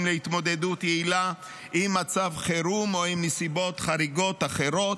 להתמודדות יעילה עם מצב חירום או עם נסיבות חריגות אחרות,